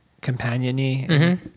companion-y